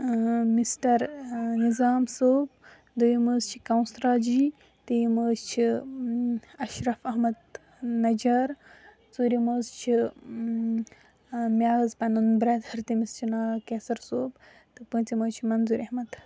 mister Nizam صٲب دۄیِم حظ چھِ کَوثرا جی ترٛیٚیِم حظ چھِ اَشرَف احمد نَجار ژوٗرِم حظ چھِ مےٚ حظ پَنُن برٛیدَر تٔمِس چھُ ناو کیسَر صٲب تہٕ پونٛژِم حظ چھِ مَنظوٗر احمد